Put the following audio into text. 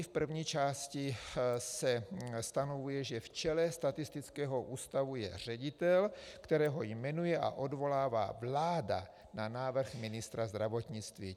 V první části se stanovuje, že v čele statistického ústavu je ředitel, kterého jmenuje a odvolává vláda na návrh ministra zdravotnictví.